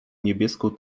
niebieską